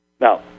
Now